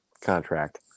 contract